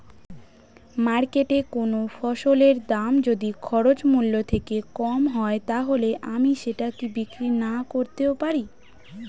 মার্কেটৈ কোন ফসলের দাম যদি খরচ মূল্য থেকে কম হয় তাহলে আমি সেটা কি বিক্রি নাকরতেও পারি?